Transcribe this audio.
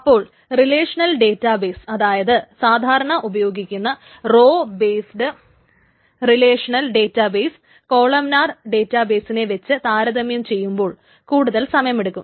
അപ്പോൾ relational database അതായത് സാധാരണ ഉപയോഗിക്കുന്ന row based relational database columnar ഡേറ്റാബെയ്സിനെ വച്ച് താരതമ്യം ചെയ്യുമ്പോൾ കൂടുതൽ സമയമെടുക്കും